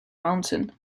mountain